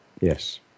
Yes